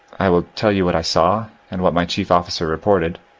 i will tell you what i saw, and what my chief officer reported.